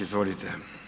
Izvolite.